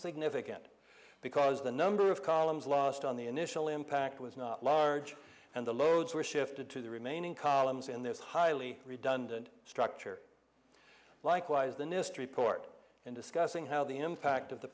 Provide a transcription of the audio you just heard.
significant because the number of columns lost on the initial impact was not large and the loads were shifted to the remaining columns in this highly redundant structure likewise the nist report and discussing how the impact of the